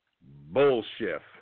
bullshit